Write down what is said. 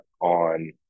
on